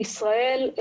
על ישראל,